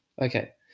Okay